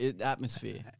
atmosphere